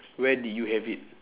where did you have it